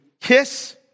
kiss